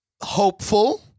hopeful